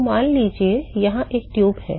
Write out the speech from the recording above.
तो मान लीजिए यहाँ एक ट्यूब है